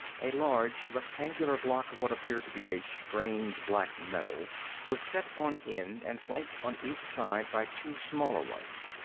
a large rectangular block of what appeared to be a strange black metal was set on end and flanked on each side by two smaller ones.